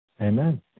Amen